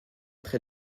très